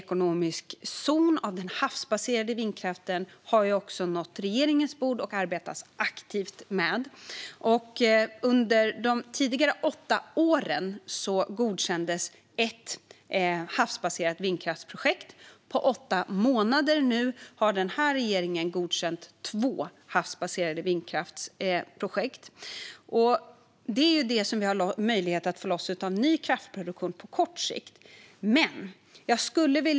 Några ansökningar gällande havsbaserad vindkraft i ekonomisk zon har nått regeringens bord och arbetas aktivt med. Under de föregående åtta åren godkändes ett projekt för havsbaserad vindkraft. På åtta månader har nu den här regeringen godkänt två projekt för havsbaserad vindkraft. Det är det som vi har möjlighet att få loss av ny kraftproduktion på kort sikt.